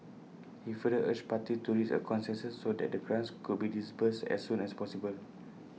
he further urged parties to reach A consensus so that the grants could be disbursed as soon as possible